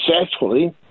successfully